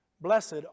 Blessed